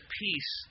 peace